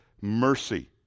mercy